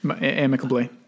Amicably